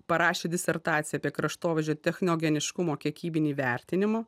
parašė disertaciją apie kraštovaizdžio techniogeniškumo kiekybinį vertinimą